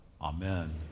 amen